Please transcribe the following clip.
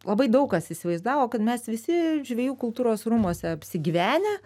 labai daug kas įsivaizdavo kad mes visi žvejų kultūros rūmuose apsigyvenę